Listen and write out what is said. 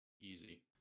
Easy